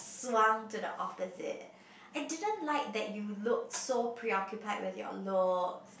swung to the opposite I didn't like that you look so preoccupied with your look